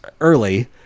early